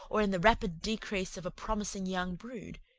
or in the rapid decrease of a promising young brood,